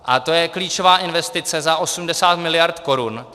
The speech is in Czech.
A to je klíčová investice za 80 miliard korun.